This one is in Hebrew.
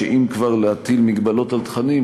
אם כבר להטיל מגבלות על תכנים,